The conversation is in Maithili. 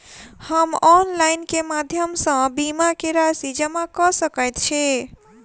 हम ऑनलाइन केँ माध्यम सँ बीमा केँ राशि जमा कऽ सकैत छी?